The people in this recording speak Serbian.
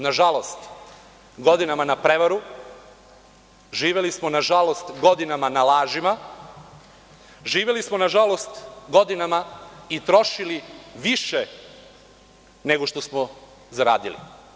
Nažalost, živeli smo godinama na prevaru, živeli smo godinama na lažima, živeli smo godinama i trošili više nego što smo zaradili.